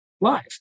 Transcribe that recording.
live